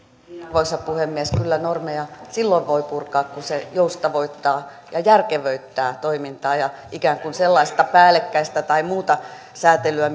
arvoisa puhemies kyllä normeja silloin voi purkaa kun se joustavoittaa ja järkevöittää toimintaa ja ikään kuin sellaista päällekkäistä tai muuta sääntelyä